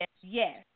yes